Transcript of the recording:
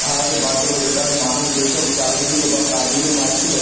হারাতে বাধ্য করবে কারণ মানুষ যেসব চাকরিগুলো বা কাজগুলো পাচ্ছিল